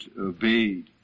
obeyed